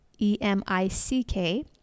E-M-I-C-K